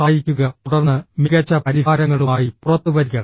സഹായിക്കുക തുടർന്ന് മികച്ച പരിഹാരങ്ങളുമായി പുറത്തുവരിക